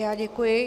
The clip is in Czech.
Já děkuji.